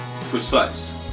precise